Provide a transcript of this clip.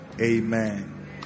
amen